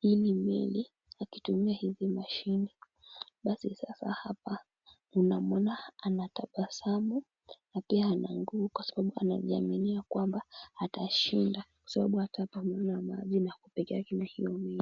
ili meli akitumia hizi mashine. Basi sasa hapa unamwona anatabasamu, na pia ana nguo, kwa sababu anajiaminia kwamba atashinda. Kwa sababu atapanguza maji na ako pekee yake na hiyo meli.